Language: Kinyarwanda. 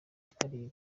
akarere